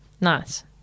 Nice